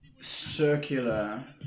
circular